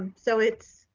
so it's,